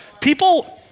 People